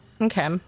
okay